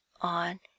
on